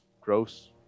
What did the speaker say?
gross